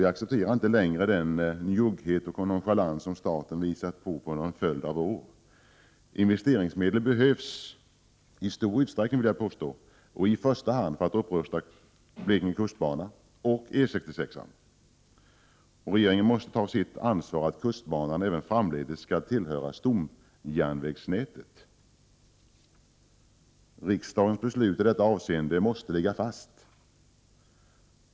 Vi accepterar inte längre den njugghet och nonchalans som staten visat prov på under en följd av år. Investeringsmedel behövs i stor utsträckning, vill jag påstå, och i första hand för att upprusta Blekinge kustbana och E 66. Regeringen måste ta sitt ansvar för att kustbanan även framdeles skall tillhöra stomjärnvägsnätet. Riksdagens beslut i detta avseende måste ligga fast.